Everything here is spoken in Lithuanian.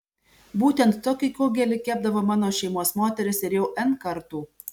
būtent tokį kugelį kepdavo mano šeimos moterys ir jau n kartų